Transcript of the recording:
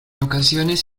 ocasiones